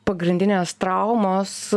pagrindinės traumos